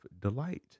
delight